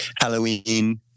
Halloween